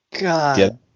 God